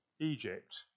Egypt